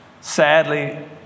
Sadly